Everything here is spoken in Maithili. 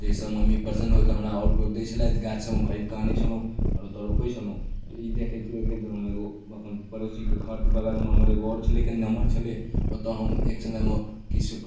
जाहिसँ मम्मी प्रसन्न होइके हमरा आओर पाइ दै छलथि गाछ हम खरीदकऽ आनै छलहुँ आओर ओतऽ रोपै छलहुँ ई देखैत देखैत हम एगो हम अपन पड़ोसीके घरके बगलमे हमर एगो आओर छलै कनि नमहर छलै ओतऽ हम एक समयमे किछु